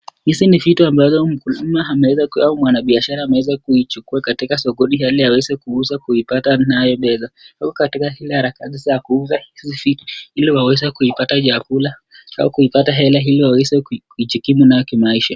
Hizi ni vitu ambazo mkulima ameweza au mwanabiashara ameweza kuichukua katika sokoni ili aweze kuuza kuipata naye fedha. Wako katika zile harakati za kuuza hizi ili waweze kuipata chakula au kuipata hela ili wawese kujikimu nayo kimaisha.